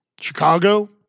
Chicago